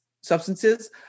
substances